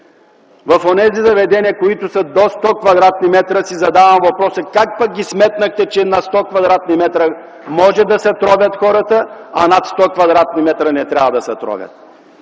в онези заведения, които са до 100 кв. м, си задавам въпроса: как пък ги сметнахте, че на 100 кв. м може да се тровят хората, а над 100 кв. м не трябва да се тровят?